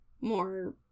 more